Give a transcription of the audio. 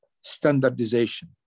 standardization